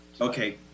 okay